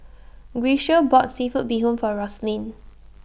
Grecia bought Seafood Bee Hoon For Roslyn